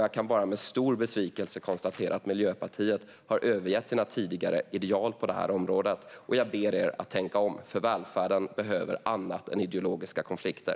Jag kan med stor besvikelse bara konstatera att Miljöpartiet har övergett sina tidigare ideal på det här området. Jag ber er att tänka om, för välfärden behöver annat än ideologiska konflikter.